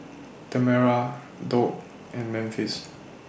Tamera Doug and Memphis